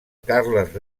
carles